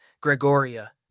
Gregoria